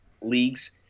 leagues